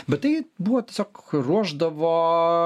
bet tai buvo tiesiog ruošdavo